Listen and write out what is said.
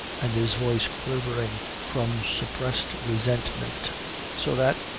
and his voice quivering from suppressed resentment so that,